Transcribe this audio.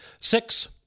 Six